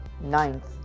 Ninth